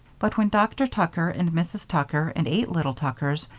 but when dr. tucker and mrs. tucker and eight little tuckers,